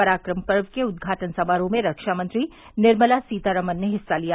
पराक्रम पर्व के उद्घाटन समारोह में रक्षामंत्री निर्मला सीतारामन ने हिस्सा लिया